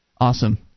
Awesome